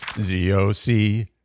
Z-O-C